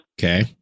Okay